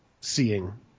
seeing